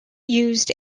used